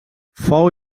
fou